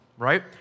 right